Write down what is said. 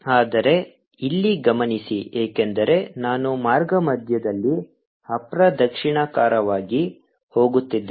ಆದರೆ ಇಲ್ಲಿ ಗಮನಿಸಿ ಏಕೆಂದರೆ ನಾನು ಮಾರ್ಗದಲ್ಲಿ ಅಪ್ರದಕ್ಷಿಣಾಕಾರವಾಗಿ ಹೋಗುತ್ತಿದ್ದೇನೆ